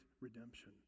redemption